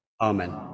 amen